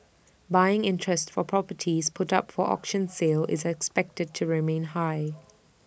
buying interest for properties put up for auction sale is expected to remain high